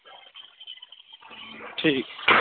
ठीक